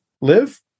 live